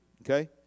Okay